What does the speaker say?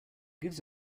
gives